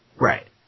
Right